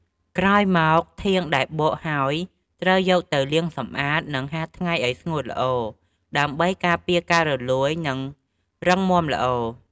ក្រោយមកធាងដែលបកហើយត្រូវយកទៅលាងសម្អាត និងហាលថ្ងៃឲ្យស្ងួតល្អ ដើម្បីការពារការរលួយ និងរឹងមាំល្អ។